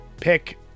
pick